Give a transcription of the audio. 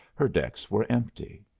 her decks were empty.